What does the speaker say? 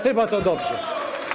Chyba to dobrze?